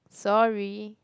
sorry